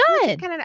good